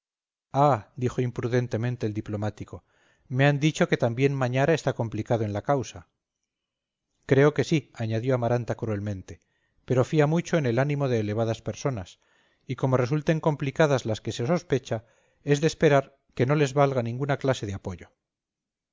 ah dijo imprudentemente el diplomático me han dicho que también mañara está complicado en la causa creo que sí añadió amaranta cruelmente pero fía mucho en el arrimo de elevadas personas y como resulten complicadas las que se sospecha es de esperar que no les valga ninguna clase de apoyo